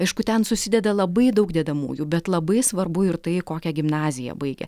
aišku ten susideda labai daug dedamųjų bet labai svarbu ir tai kokią gimnaziją baigė